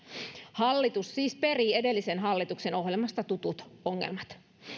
hallitus siis perii edellisen hallituksen ohjelmasta tutut ongelmat